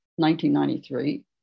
1993